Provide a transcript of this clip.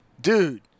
dude